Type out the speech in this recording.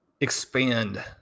expand